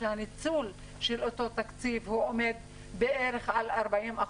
שהניצול של אותו תקציב עומד בערך על 40%,